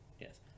Yes